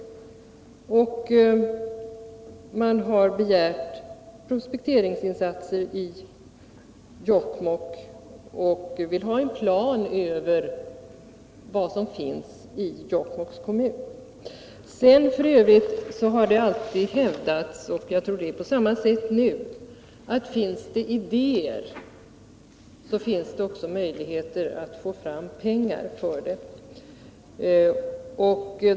Man har vidare begärt prospekteringsinsatser i Jokkmokk och vill ha en plan över vilka industrimineral och fyndigheter som finns i Jokkmokks kommun. Det har alltid hävdats — och jag tror att det är på samma sätt nu — att finns det idéer, så finns det också möjligheter att få fram pengar.